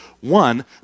One